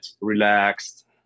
relaxed